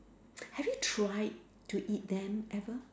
have you tried to eat them ever